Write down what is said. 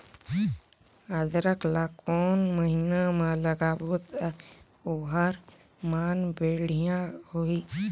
अदरक ला कोन महीना मा लगाबो ता ओहार मान बेडिया होही?